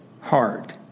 heart